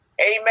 amen